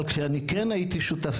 אבל כשאני כן הייתי שותף,